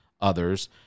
others